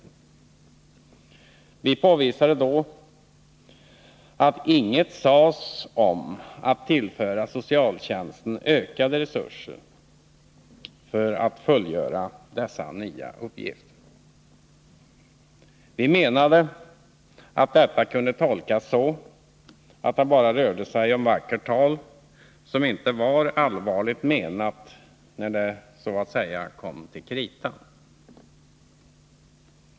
Vi påvisade då att inget sades om att tillföra socialtjänsten ökade resurser för att fullgöra dessa nya uppgifter. Vi menade att detta kunda tolkas så, att det bara rörde sig om vackert tal, som inte var allvarligt menat när det så att säga kom till kritan.